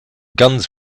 guns